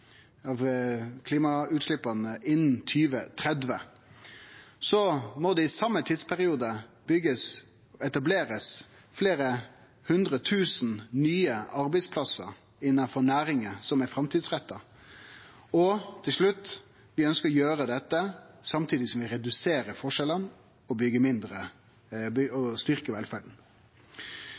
60 pst. innan 2030. Så må det i same tidsperiode etablerast fleire hundre tusen nye arbeidsplassar innanfor næringar som er framtidsretta. Til slutt: Vi ønsker å gjere dette samtidig som vi reduserer forskjellane og styrkjer velferda.